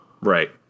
Right